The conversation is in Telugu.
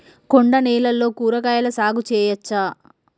కొండ నేలల్లో కూరగాయల సాగు చేయచ్చా?